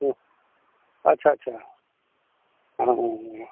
ओ अच्छा अच्छा कहाँ हो बौआ